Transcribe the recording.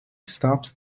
stops